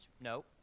no